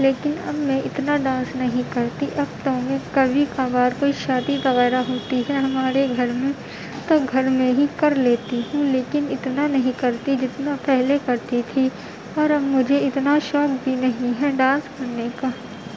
لیکن اب میں اتنا ڈانس نہیں کرتی اب تو ہمیں کبھی کبھار کوئی شادی وغیرہ ہوتی ہے ہمارے گھر میں تو گھر میں ہی کر لیتی ہوں لیکن اتنا نہیں کرتی جتنا پہلے کرتی تھی پر اب مجھے اتنا شوق بھی نہیں ہے ڈانس کرنے کا